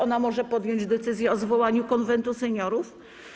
Ona może podjąć decyzję o zwołaniu Konwentu Seniorów.